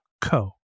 co